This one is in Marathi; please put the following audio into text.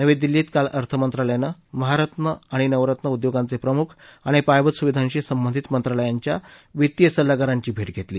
नवी दिल्लीत काल अर्थ मंत्रालयाने महारत्न आणि नवरत्न उद्योगांचे प्रमुख आणि पायाभूत सुविधांशी संबंधित मंत्रालयांच्या वित्तीय सल्लागारांची भेट घेतली